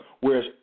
whereas